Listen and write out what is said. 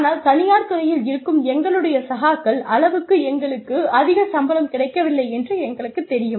ஆனால் தனியார் துறையில் இருக்கும் எங்களுடைய சகாக்கள் அளவுக்கு எங்களுக்கு அதிக சம்பளம் கிடைக்கவில்லை என்று எங்களுக்குத் தெரியும்